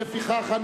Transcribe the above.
לסעיף 39(1)